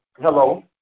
Hello